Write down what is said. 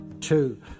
Two